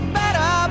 better